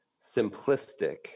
simplistic